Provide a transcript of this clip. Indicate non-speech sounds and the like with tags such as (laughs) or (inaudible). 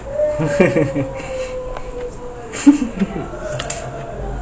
(laughs)